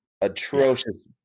atrocious